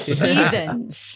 heathens